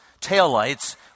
taillights